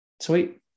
Sweet